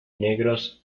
negros